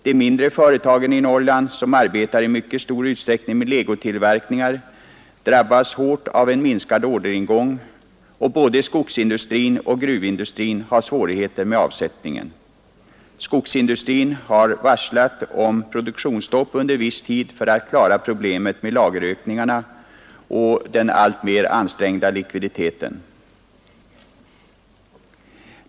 De mindre företagen i Norrland, som i mycket stor utsträckning arbetar med legotillverkningar, drabbas hårt av en minskad orderingång, och både skogsindustrin och gruvindustrin har svårigheter med avsättningen. Skogsindustrin har varslat om produktionsstopp under viss tid för att klara av problemet med lagerökningarna och den alltmer ansträngda likviditeten.